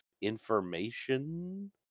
information